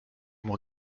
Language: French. mon